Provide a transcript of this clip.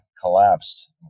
collapsed